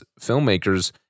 filmmakers